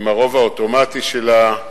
עם הרוב האוטומטי שלה,